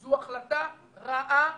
זו החלטה רעה,